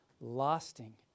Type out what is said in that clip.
lasting